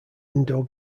indo